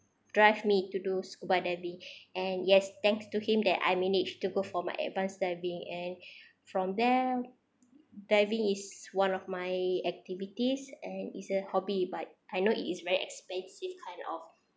drive me to do scuba diving and yes thanks to him that I managed to go for my advance diving and from there diving is one of my activities and is a hobby but I know it is very expensive kind of